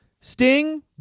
Sting